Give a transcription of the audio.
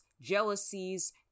jealousies